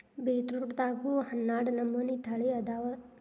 ಬೇಟ್ರೂಟದಾಗು ಹನ್ನಾಡ ನಮನಿ ತಳಿ ಅದಾವ